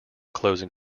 closing